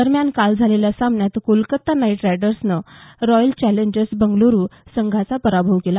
दरम्यान काल झालेल्या सामन्यात कोलकाता नाईट रायडर संघानं रॉयल चॅलेंजर बंगळूरू संघाचा पराभव केला